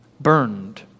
burned